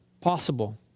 Possible